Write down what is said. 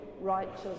righteous